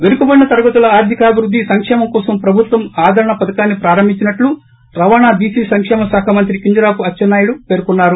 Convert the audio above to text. వెనుకబడిన తరగతుల ఆర్దికాభివృద్ది సంక్షేమం కోసం ప్రభుత్వం ఆదరణ పధకాన్పి ప్రారంభించినట్లు రవాణా బీసీ సంకేమ శాఖ మంత్రి కింజరాపు అచ్చెన్నాయుడు పర్కొన్నారు